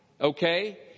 okay